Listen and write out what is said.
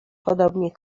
podobnie